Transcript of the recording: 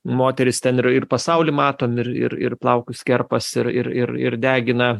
moterys ten yra ir pasaulį matom ir ir plaukus kerpasi ir ir ir ir degina